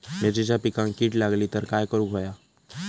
मिरचीच्या पिकांक कीड लागली तर काय करुक होया?